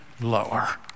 lower